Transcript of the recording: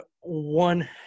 one